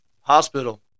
hospital